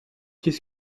qu’est